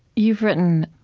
you've written,